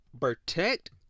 Protect